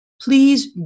Please